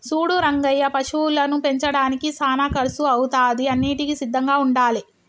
సూడు రంగయ్య పశువులను పెంచడానికి సానా కర్సు అవుతాది అన్నింటికీ సిద్ధంగా ఉండాలే